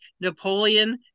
Napoleon